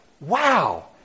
Wow